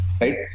right